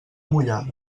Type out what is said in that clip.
mullada